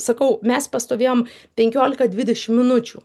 sakau mes pastovėjom penkiolika dvidešim minučių